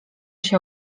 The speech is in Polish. się